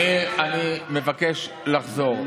אני מבקש לחזור.